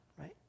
right